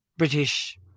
British